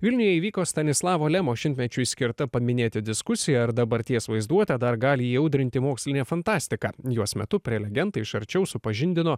vilniuje įvyko stanislavo lemo šimtmečiui skirta paminėti diskusija ar dabarties vaizduotę dar gali įaudrinti mokslinė fantastika jos metu prelegentai iš arčiau supažindino